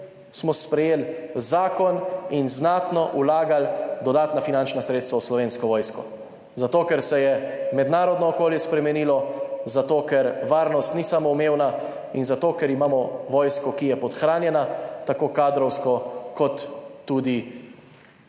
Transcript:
smo sprejeli zakon in znatno vlagali dodatna finančna sredstva v Slovensko vojsko, zato ker se je mednarodno okolje spremenilo, zato ker varnost ni samoumevna, in zato, ker imamo vojsko, ki je podhranjena tako kadrovsko kot tudi